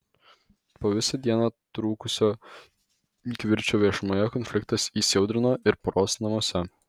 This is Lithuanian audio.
po visą dieną trukusio kivirčo viešumoje konfliktas įsiaudrino ir poros namuose